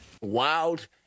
Wild